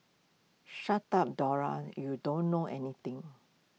shut up Dora you don't know anything